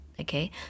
okay